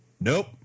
Nope